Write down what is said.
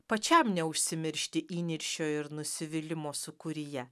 pačiam neužsimiršti įniršio ir nusivylimo sūkuryje